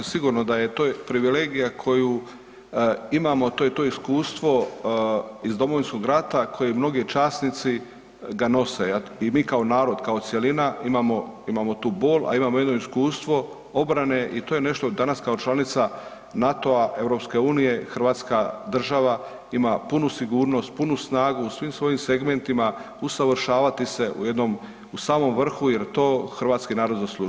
Sigurno da je to privilegija koju imamo, to iskustvo iz Domovinskog rata koje mnogi časnici ga nose i mi kao narod kao cjelina imamo tu bol, a imamo jedno iskustvo obrane i to je nešto danas kao članica NATO-a, EU Hrvatska država ima punu sigurnost, punu snagu u svim svojim segmentima usavršavati se u jednom samom vrhu jer to hrvatski narod zaslužuje.